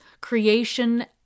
creation